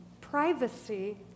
privacy